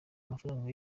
amafaranga